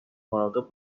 مراقب